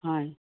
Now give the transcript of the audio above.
হয়